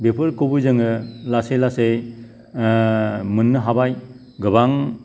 बेफोरखौबो जोङो लासै लासै मोननो हाबाय गोबां